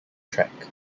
track